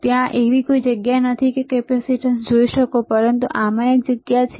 ના ત્યાં એવી કોઈ જગ્યા નથી કે તમે કેપેસીટન્સ જોઈ શકો પરંતુ આમાં એક જગ્યા છે